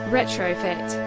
Retrofit